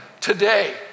today